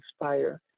inspire